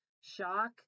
shock